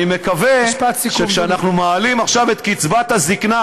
אני מקווה שכשאנחנו מעלים עכשיו את קצבת הזקנה,